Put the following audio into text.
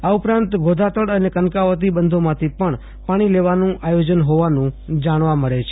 આ ઉપરાંત ગોધાતળ અને કનકાવતી બંધોમાંથી પણ પાણી એવાનું આયોજન હોવાનું જાણવા મળે છે